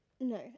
No